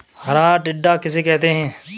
हरा टिड्डा किसे कहते हैं?